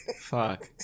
Fuck